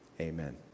amen